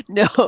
no